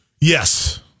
Yes